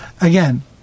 again